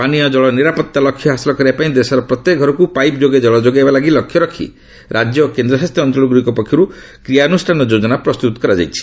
ପାନୀୟ ଜଳ ନିରାପତ୍ତା ଲକ୍ଷ୍ୟ ହାସଲ କରିବାପାଇଁ ଦେଶର ପ୍ରତ୍ୟେକ ଘରକୁ ପାଇପ୍ ଯୋଗେ ଜଳ ଯୋଗାଇବା ଲାଗି ଲକ୍ଷ୍ୟ ରାଜ୍ୟ ଓ କେନ୍ଦ୍ରଶାସିତ ଅଞ୍ଚଳଗୁଡ଼ିକ ପକ୍ଷରୁ କ୍ରିୟାନୁଷ୍ଠାନ ଯୋଜନା ପ୍ରସ୍ତୁତ କରାଯାଇଛି